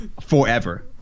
Forever